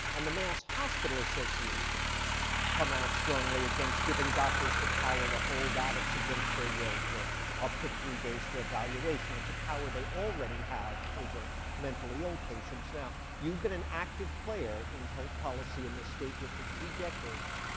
and the mass. hospital association has come out strongly against giving doctors the power to hold addicts against their will for up to three days for evaluation. that's a power they already have over mentally ill patients. now, you've been an active player in health policy in the state here for two decades.